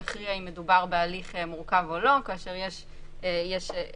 יכריע אם מדובר בהליך מורכב או לא כאשר יש חלופה